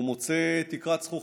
הוא מוצא תקרת זכוכית.